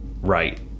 Right